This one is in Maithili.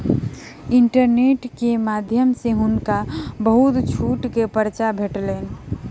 इंटरनेट के माध्यम सॅ हुनका बहुत छूटक पर्चा भेटलैन